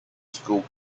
school